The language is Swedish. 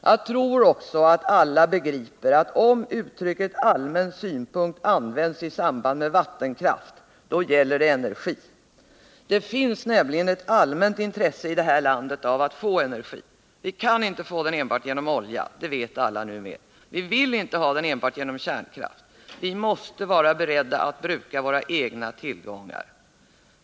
Jag tror också att alla begriper att om uttrycket allmän synpunkt används i samband med vattenkraft så gäller det energi. Det finns nämligen ett allmänt intresse i vårt land av att få energi. Vi kan inte få den enbart genom olja. Det vet alla numera. Vi vill inte ha den enbart genom kärnkraft. Vi måste vara beredda att bruka våra egna tillgångar.